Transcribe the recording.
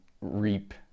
reap